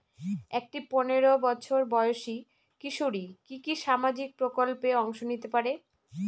একটি পোনেরো বছর বয়সি কিশোরী কি কি সামাজিক প্রকল্পে অংশ নিতে পারে?